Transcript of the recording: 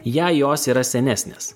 jei jos yra senesnės